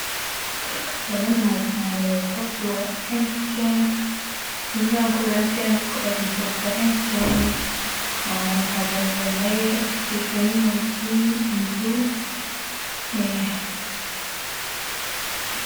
Ndabona umukozi wa mtn, sinzi niba ar'umukozi wa mtn ariko ari mu kazu ka mtn. Nkabona inyuma ye akikijwe n'intoki, inzu...